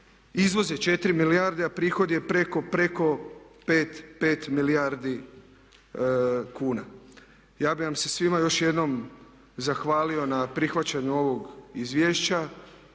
izvoz je 4 milijarde a prihod je preko 5 milijardi kuna. Ja bih vam se svima još jednom zahvalio na prihvaćanju ovog izvješća